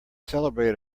celebrate